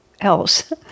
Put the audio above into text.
else